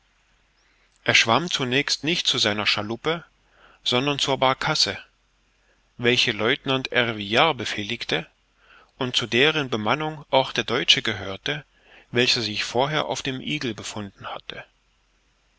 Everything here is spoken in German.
er schwamm zunächst nicht zu seiner schaluppe sondern zur barkasse welche lieutenant ervillard befehligte und zu deren bemannung auch der deutsche gehörte welcher sich vorher auf dem eagle befunden hatte